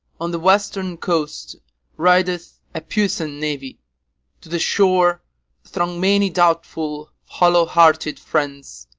on the western coast rideth a puissant navy to the shore throng many doubtful hollow-hearted friends,